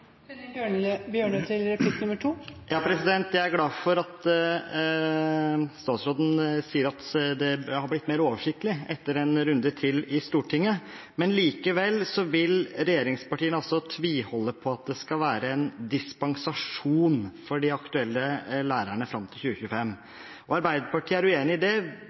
Jeg er glad for at statsråden sier at det har blitt mer oversiktlig etter en runde til i Stortinget. Men likevel vil regjeringspartiene altså tviholde på at det skal være en dispensasjon for de aktuelle lærerne fram til 2025. Arbeiderpartiet er uenig i det.